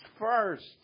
first